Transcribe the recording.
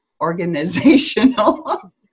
organizational